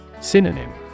Synonym